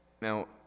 Now